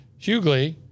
Hughley